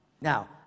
Now